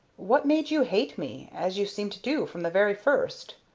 what made you hate me, as you seemed to do from the very first?